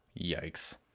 Yikes